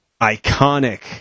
iconic